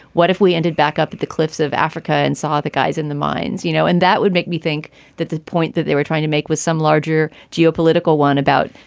what if we ended back up at the cliffs of africa and saw the guys in the mines, you know, and that would make me think that the point that they were trying to make with some larger geopolitical one about,